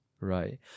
Right